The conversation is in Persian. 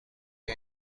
بود